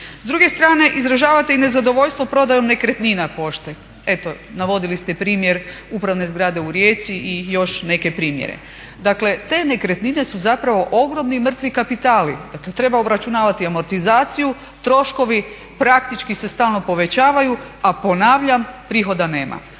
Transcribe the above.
S druge strane, izražavate i nezadovoljstvo prodajom nekretnina pošte. Eto navodili ste primjer upravne zgrade u Rijeci i još neke primjere. Dakle te nekretnine su zapravo ogromni mrtvi kapitali, dakle treba obračunavati amortizaciju, troškovi praktički se stalno povećavaju, a ponavljam prihoda nema.